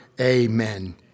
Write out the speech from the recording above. Amen